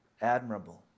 Admirable